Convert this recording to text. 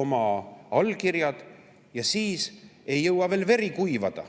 oma allkirjad. Siis ei jõua veel veri kuivada